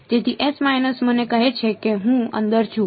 તેથી મને કહે છે કે હું અંદર છું